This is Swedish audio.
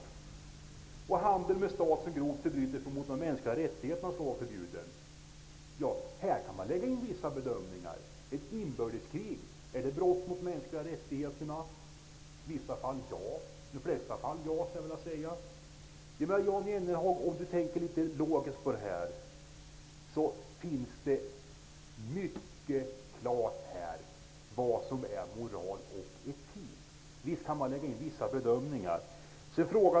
Vi säger också att handel med stater som grovt förbryter sig mot de mänskliga rättigheterna skall vara förbjuden. Här kan man lägga in vissa bedömningar. Ett inbördeskrig, innebär det brott mot de mänskliga rättigheterna? I de flesta fall är svaret ja. Om Jan Jennehag ser litet logiskt på detta är det klart utsagt vad som är moral och etik. Visst kan man lägga in vissa bedömningar.